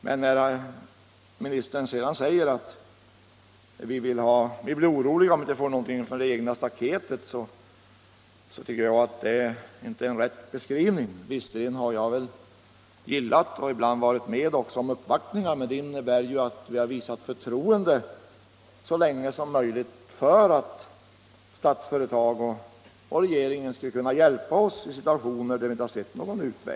Men när industriministern säger att vi blir oroliga om vi inte får någonting ”innanför det egna staketet”, tycker jag inte att det är en riktig beskrivning. Visserligen har jag väl gillat och ibland också deltagit i uppvaktningar, men det innebär ju att vi så länge som möjligt har visat förtro 177 ende för att Statsföretag och regeringen skulle kunna hjälpa ossi situationer där vi inte har sett någon utväg.